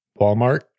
Walmart